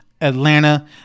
Atlanta